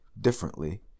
differently